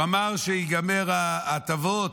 הוא אמר שייגמרו ההטבות.